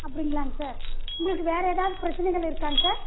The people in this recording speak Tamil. அப்டிங்களாங்க சார் உங்களுக்கு வேறு ஏதாவது பிரச்சனைகள் இருக்காங்க சார்